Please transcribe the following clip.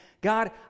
God